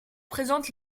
présentent